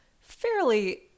fairly